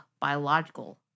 biological